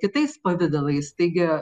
kitais pavidalais taigi